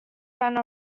friend